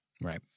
Right